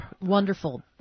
wonderful